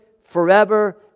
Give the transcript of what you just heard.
forever